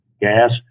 gas